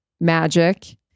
magic